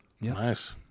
Nice